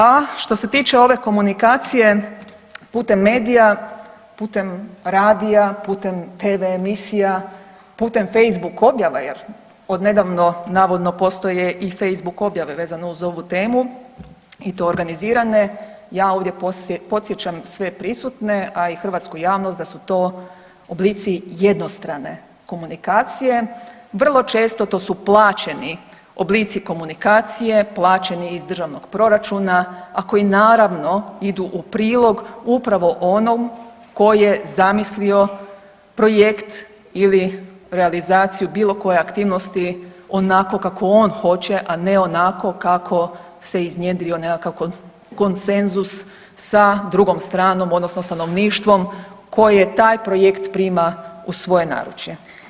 A što se tiče ove komunikacije putem medija, putem radija, putem tv emisija, putem Facebook objava jer od nedavno navodno postoje i Facebook objave vezano uz ovu temu i to organizirane, ja ovdje podsjećam sve prisutne, a hrvatsku javnost da su to oblici jednostrane komunikacije vrlo često to su plaćeni oblici komunikacije, plaćeni ih državnog proračuna, a koji naravno idu u prilog upravo onom tko je zamislio projekt ili realizaciju bilo koje aktivnosti onako kako on hoće, a ne onako kako se iznjedrio nekakav konsenzus sa drugom stranom odnosno stanovništvom koje taj projekt prima u svoje naručje.